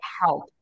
help